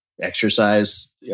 exercise